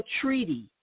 treaty